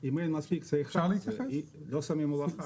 אם אין מספיק, לא שמים הולכה.